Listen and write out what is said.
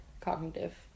Cognitive